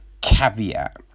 Caveat